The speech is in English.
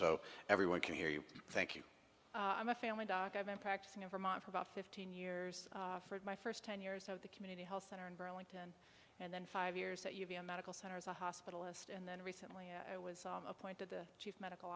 so everyone can hear you thank you i'm a family doc i've been practicing in vermont for about fifteen years for my first ten years of the community health center in burlington and then five years that you'll be a medical center as a hospitalist and then recently i was appointed the chief medical